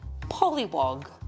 Pollywog